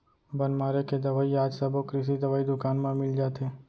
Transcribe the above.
बन मारे के दवई आज सबो कृषि दवई दुकान म मिल जाथे